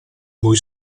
voi